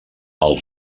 del